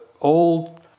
old